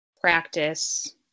practice